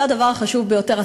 וזה הדבר החשוב ביותר,